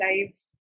lives